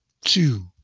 two